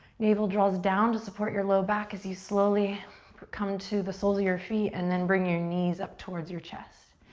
navel draws down to support your low back as you slowly come to the soles of your feet and then bring your knees up towards your chest.